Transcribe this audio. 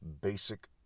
basic